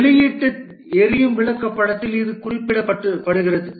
வெளியீட்டு எரியும் விளக்கப்படத்தில் இது குறிப்பிடப்படுகிறது